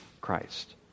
Christ